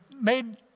made